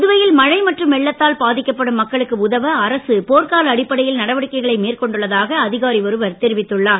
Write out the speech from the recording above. புதுவையில் மழை மற்றும் வெள்ளத்தால் பாதிக்கப்படும் மக்களுக்கு உதவ அரசு போர்க்கால அடிப்படையில் நடவடிக்கைகளை மேற்கொண்டுள்ளதாக அதிகாரி ஒருவர் தெரிவித்துள்ளார்